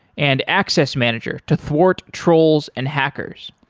and access manager to thwart trolls and hackers.